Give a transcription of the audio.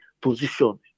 position